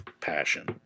passion